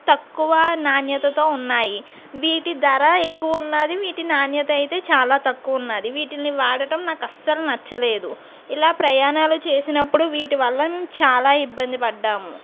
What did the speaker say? తక్కువ నాణ్యతతో ఉన్నాయి వీటి ధర ఎక్కువ ఉన్నది వీటి నాణ్యత అయితే చాలా తక్కువ ఉన్నది వీటిని వాడటం నాకు అస్సలు నచ్చలేదు ఇలా ప్రయాణాలు చేసినప్పుడు వీటి వల్ల చాలా ఇబ్బంది పడ్డాము